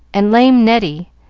and lame neddy,